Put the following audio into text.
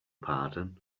pardon